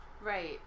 Right